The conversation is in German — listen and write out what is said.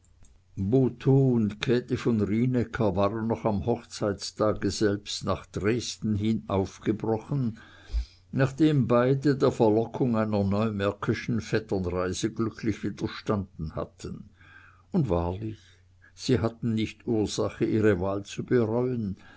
und käthe von rienäcker waren noch am hochzeitstage selbst nach dresden hin aufgebrochen nachdem beide der verlockung einer neumärkischen vetternreise glücklich widerstanden hatten und wahrlich sie hatten nicht ursache ihre wahl zu bereuen